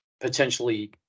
potentially